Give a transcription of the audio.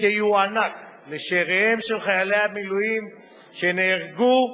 שיוענק לשאיריהם של חיילי המילואים שנהרגו.